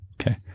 Okay